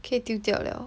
可以丢掉了